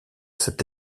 cet